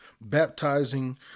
baptizing